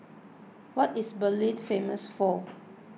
What is Berlin famous for